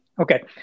Okay